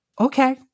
okay